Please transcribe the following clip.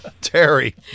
Terry